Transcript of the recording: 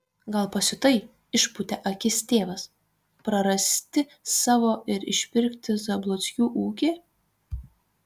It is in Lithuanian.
gal pasiutai išpūtė akis tėvas prarasti savo ir išpirkti zablockių ūkį